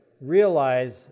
realize